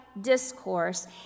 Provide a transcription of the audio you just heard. Discourse